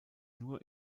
nur